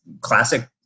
classic